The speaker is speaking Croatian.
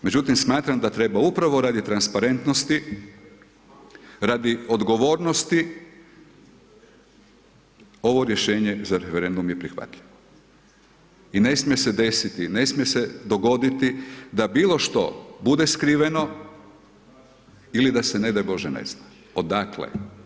Međutim smatram da treba upravo radi transparentnosti, radi odgovornosti, ovo rješenje za referendum je prihvatljivo i ne smije se desiti, ne smije se dogoditi da bilo što bude skriveno ili da se, ne daj Bože, ne zna odakle.